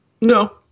No